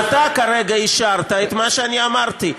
ואתה כרגע אישרת את מה שאני אמרתי.